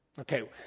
Okay